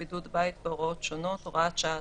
(בידוד בית והוראות שונות) (הוראת שעה),